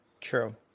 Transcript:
true